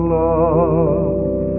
love